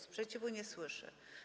Sprzeciwu nie słyszę.